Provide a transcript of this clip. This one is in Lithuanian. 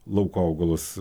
lauko augalus